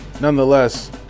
Nonetheless